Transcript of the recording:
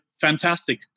Fantastic